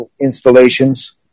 installations